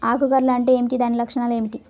ఆకు కర్ల్ అంటే ఏమిటి? దాని లక్షణాలు ఏమిటి?